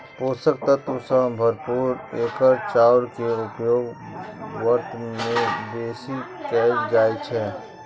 पोषक तत्व सं भरपूर एकर चाउर के उपयोग व्रत मे बेसी कैल जाइ छै